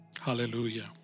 Hallelujah